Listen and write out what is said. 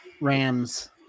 Rams